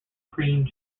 cream